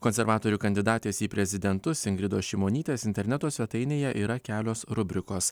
konservatorių kandidatės į prezidentus ingridos šimonytės interneto svetainėje yra kelios rubrikos